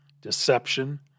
deception